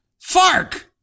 Fark